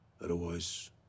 Otherwise